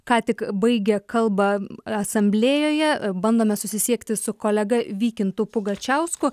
ką tik baigė kalbą asamblėjoje bandome susisiekti su kolega vykintu pugačiausku